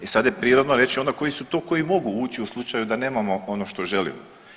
E sad je prirodno reći onda koji su to koji mogu ući u slučaju da nemamo ono što želimo.